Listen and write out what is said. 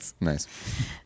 Nice